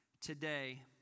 today